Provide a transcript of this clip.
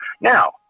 Now